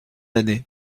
année